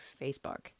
Facebook